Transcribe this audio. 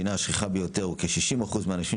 שהינה השכיחה ביותר וכ-60% מהאנשים